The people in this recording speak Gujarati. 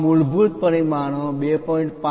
આ મૂળભૂત પરિમાણો 2